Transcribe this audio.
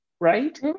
right